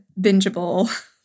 bingeable